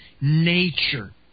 nature